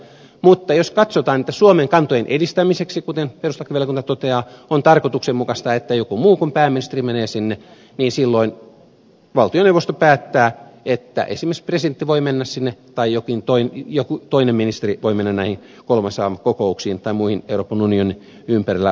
mutta jos katsotaan että suomen kantojen edistämiseksi kuten perustuslakivaliokunta toteaa on tarkoituksenmukaista että joku muu kuin pääministeri menee sinne niin silloin valtioneuvosto päättää että esimerkiksi presidentti tai joku toinen ministeri voi mennä näihin kolmas maa kokouksiin tai muihin euroopan unionin ympärillä oleviin kokouksiin